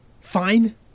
Fine